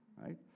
right